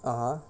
(uh huh)